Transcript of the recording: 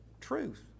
truth